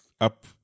up